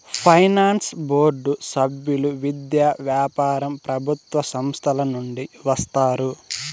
finance board సభ్యులు విద్య, వ్యాపారం ప్రభుత్వ సంస్థల నుండి వస్తారు